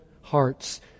hearts